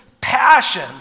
passion